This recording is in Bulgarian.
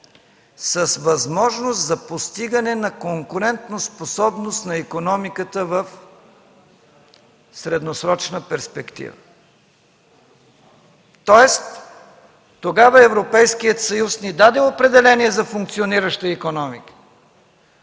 „с възможност за постигане на конкурентоспособност на икономиката в средносрочна перспектива”. Тоест тогава Европейският съюз даде определение за функционираща икономика,